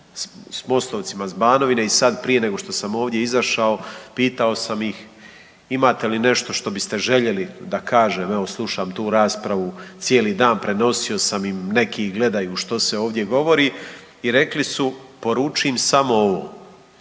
Mostovcima s Banovine i sad prije nego što sam ovdje izašao pitao sam ih, imate li nešto što biste željeli da kažem evo slušam tu raspravu cijeli dan, prenosio sam im, neki gledaju što se ovdje govori i rekli su poruči im samo ovo,